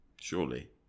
surely